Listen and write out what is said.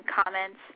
comments